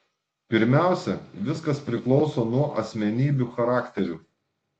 pirmiausia viskas priklauso nuo asmenybių charakterių